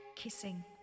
kissing